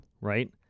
Right